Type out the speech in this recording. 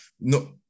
no